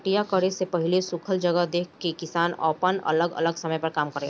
कटिया करे से पहिले सुखल जगह देख के किसान आपन अलग अलग समय पर काम करेले